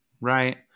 right